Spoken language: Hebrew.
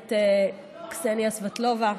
הכנסת קסניה סבטלובה,